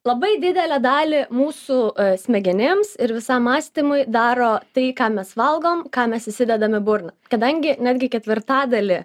labai didelę dalį mūsų smegenims ir visam mąstymui daro tai ką mes valgom ką mes įsidedam į burną kadangi netgi ketvirtadalį